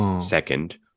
second